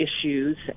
issues